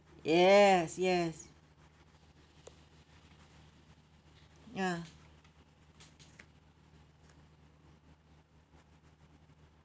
yes yes ya